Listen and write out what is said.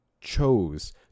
chose